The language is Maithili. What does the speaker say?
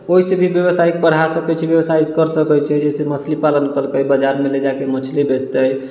ओहि से भी व्यवसाय बढ़ा सकइ छी व्यवसाय कर सकइ छी जैसे कि मछली पालन करके बाजारमे ले जाके मछली बेचतै